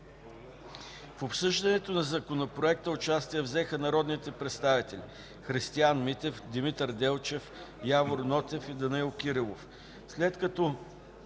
В обсъждането на Законопроекта участие взеха народните представители Христиан Митев, Димитър Делчев, Явор Нотев и Данаил Кирилов.